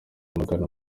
magana